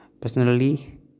personally